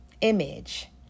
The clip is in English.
image